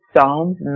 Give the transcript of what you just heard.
Psalms